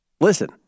listen